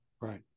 right